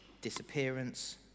disappearance